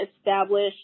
establish